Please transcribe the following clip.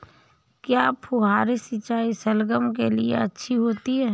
क्या फुहारी सिंचाई शलगम के लिए अच्छी होती है?